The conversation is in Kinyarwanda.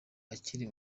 akiri